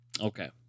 Okay